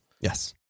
Yes